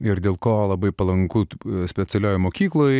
ir dėl ko labai palankus specialioje mokykloje